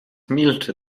milczy